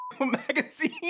magazine